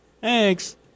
Thanks